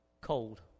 cold